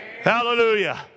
Hallelujah